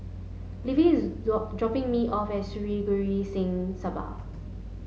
Levi is dropping me off at Sri Guru Singh Sabha